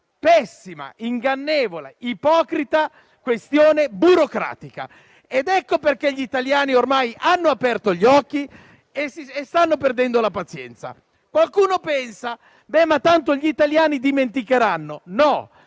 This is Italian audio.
pessima, ingannevole e ipocrita questione burocratica. Ecco perché gli italiani ormai hanno aperto gli occhi e stanno perdendo la pazienza. Qualcuno pensa che tanto gli italiani dimenticheranno. No,